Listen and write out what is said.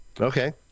Okay